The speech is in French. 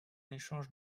échange